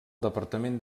departament